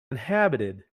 inhabited